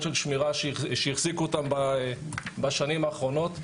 של שמירה שהחזיקו אותם בשנים האחרונות,